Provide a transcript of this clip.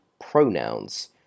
pronouns